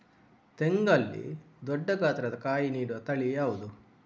ತೆಂಗಲ್ಲಿ ದೊಡ್ಡ ಗಾತ್ರದ ಕಾಯಿ ನೀಡುವ ತಳಿ ಯಾವುದು?